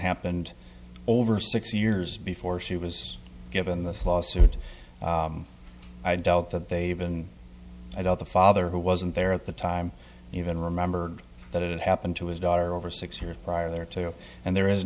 happened over six years before she was given this lawsuit i doubt that they even i doubt the father who wasn't there at the time even remembered that it happened to his daughter over six year prior to it and there is